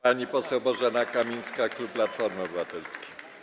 Pani poseł Bożena Kamińska, klub Platformy Obywatelskiej.